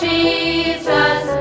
Jesus